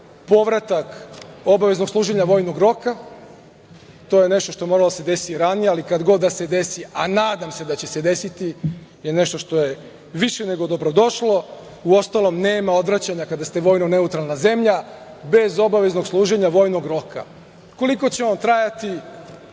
povratak obaveznog služenja vojnog roka. To je nešto što je moralo da se desi ranije, ali kad god da se desi, a nadam se da će se desiti, je nešto što je više nego dobrodošlo. Uostalom, nema odvraćanja kada ste vojno neutralna zemlja bez obaveznog služenja vojnog roka. Koliko će on trajati,